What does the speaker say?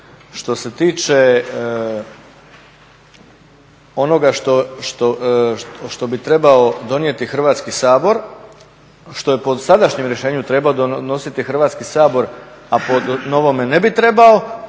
Što se tiče onoga što bi trebao donijeti Hrvatski sabor, što po sadašnjem rješenju treba donositi Hrvatski sabor, a po novome ne bi trebao,